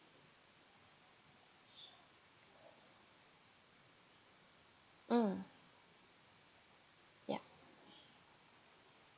mm ya